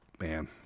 Man